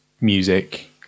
music